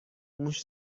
موش